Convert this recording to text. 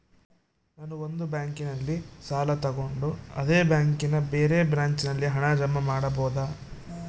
ನಾನು ಒಂದು ಬ್ಯಾಂಕಿನಲ್ಲಿ ಸಾಲ ತಗೊಂಡು ಅದೇ ಬ್ಯಾಂಕಿನ ಬೇರೆ ಬ್ರಾಂಚಿನಲ್ಲಿ ಹಣ ಜಮಾ ಮಾಡಬೋದ?